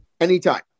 Anytime